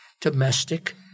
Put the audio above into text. domestic